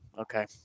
okay